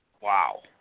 Wow